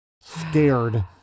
scared